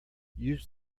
use